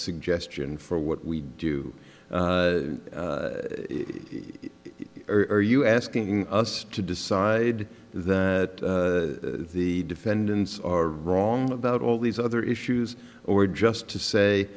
suggestion for what we do or are you asking us to decide that the defendants are wrong about all these other issues or just to say